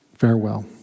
farewell